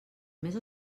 més